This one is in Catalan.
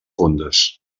fondes